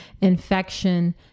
infection